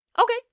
Okay